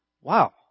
Wow